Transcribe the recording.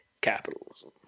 capitalism